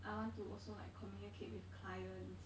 I want to also like communicate with clients